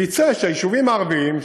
ויצא שהיישובים הערביים,